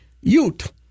Ute